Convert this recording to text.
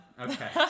okay